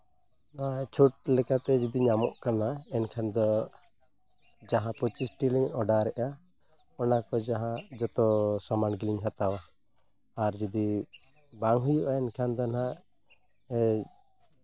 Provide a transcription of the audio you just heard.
ᱪᱷᱩᱴ ᱞᱮᱠᱟᱛᱮ ᱡᱩᱫᱤ ᱧᱟᱢᱚᱜ ᱠᱟᱱᱟ ᱮᱱᱠᱷᱟᱱ ᱫᱚ ᱡᱟᱦᱟᱸ ᱯᱚᱸᱪᱤᱥᱴᱤᱞᱤᱧ ᱚᱰᱟᱨᱮᱜᱼᱟ ᱚᱱᱟ ᱠᱚ ᱦᱟᱸᱜ ᱡᱚᱛᱚ ᱥᱟᱢᱟᱱ ᱜᱮᱞᱤᱧ ᱦᱟᱛᱟᱣᱟ ᱟᱨ ᱡᱩᱫᱤ ᱵᱟᱝ ᱦᱩᱭᱩᱜᱼᱟ ᱮᱱᱠᱷᱟᱱ ᱫᱚ ᱦᱟᱸᱜ